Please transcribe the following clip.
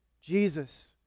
Jesus